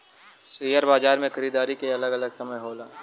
share बाजार मे खरीदारी के अलग अलग समय होला